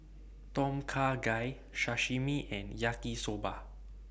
Tom Kha Gai Sashimi and Yaki Soba